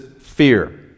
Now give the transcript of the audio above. fear